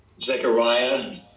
Zechariah